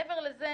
מעבר לזה,